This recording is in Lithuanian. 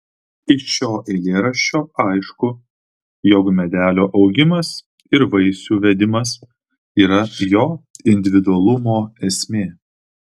iš šio eilėraščio aišku jog medelio augimas ir vaisių vedimas yra jo individualumo esmė